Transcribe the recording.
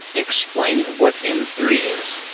explain what m three is.